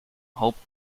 hoped